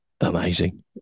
Amazing